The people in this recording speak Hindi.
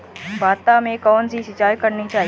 भाता में कौन सी सिंचाई करनी चाहिये?